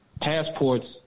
passports